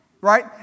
right